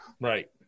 Right